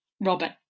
Robert